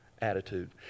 attitude